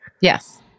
yes